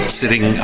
sitting